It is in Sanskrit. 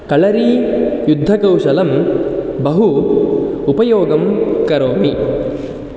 कलरियुद्धकौशलं बहु उपयोगं करोमि